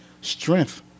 strength